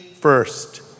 first